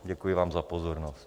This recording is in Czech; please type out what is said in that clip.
Děkuji vám za pozornost.